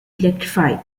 electrified